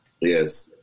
Yes